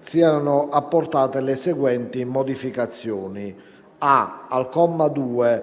siano apportate le seguenti modificazioni: a) al comma 2,